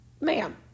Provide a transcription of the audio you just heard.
Ma'am